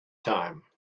time